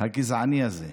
הגזעני הזה,